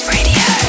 Radio